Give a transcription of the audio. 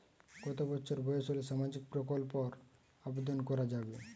কত বছর বয়স হলে সামাজিক প্রকল্পর আবেদন করযাবে?